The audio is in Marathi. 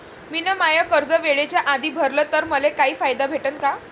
मिन माय कर्ज वेळेच्या आधी भरल तर मले काही फायदा भेटन का?